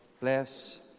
bless